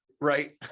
right